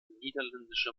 niederländische